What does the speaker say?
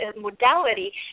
modality